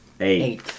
Eight